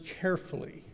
carefully